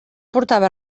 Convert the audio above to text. portava